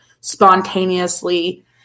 spontaneously